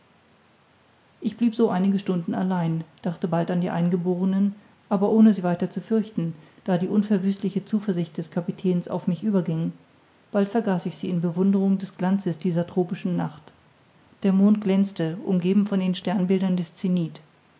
ich blieb so einige stunden allein dachte bald an die eingeborenen aber ohne sie weiter zu fürchten da die unverwüstliche zuversicht des kapitäns auf mich überging bald vergaß ich sie in bewunderung des glanzes dieser tropischen nacht der mond glänzte umgeben von den sternbildern des zenith